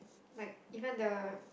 like even the